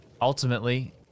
ultimately